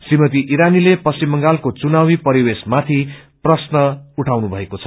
श्रीमती ईरानीले पश्चिम बंगालको घुनावी परिवेशमाथि प्रश्न खड़ा गर्नुभएको छ